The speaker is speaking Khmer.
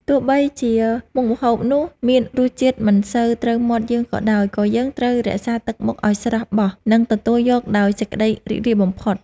ទោះបីជាមុខម្ហូបនោះមានរសជាតិមិនសូវត្រូវមាត់យើងក៏ដោយ ក៏យើងត្រូវរក្សាទឹកមុខឱ្យស្រស់បោះ និងទទួលយកដោយសេចក្តីរីករាយបំផុត។